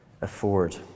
afford